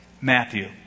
Matthew